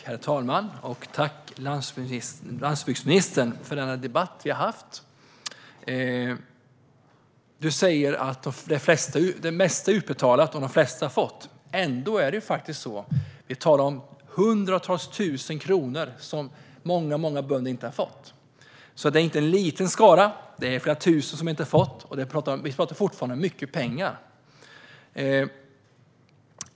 Herr talman! Tack, landsbygdsministern, för den debatt vi har haft! Du säger att det mesta är utbetalat och att de flesta har fått pengar. Ändå talar vi om hundratusentals kronor som många bönder inte har fått. Det är inte en liten skara. Det är flera tusen som inte har fått pengar. Vi pratar fortfarande om mycket pengar.